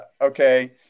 okay